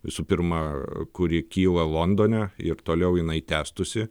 visų pirma kuri kyla londone ir toliau jinai tęstųsi